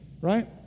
right